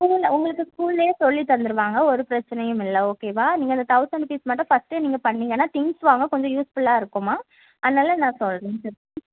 இல்லைல்ல உங்களுக்கு ஸ்கூல்லேயே சொல்லித் தந்துடுவாங்க ஒரு பிரச்சனையும் இல்லை ஓகேவா நீங்கள் இந்த தௌசண்ட் ருப்பீஸ் மட்டும் ஃபஸ்ட் டே நீங்கள் பண்ணீங்கன்னால் திங்ஸ் வாங்க கொஞ்சம் யூஸ் ஃபுல்லாக இருக்கும்மா அதனால் நான் சொல் திங்ஸ்ஸு